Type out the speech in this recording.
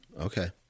Okay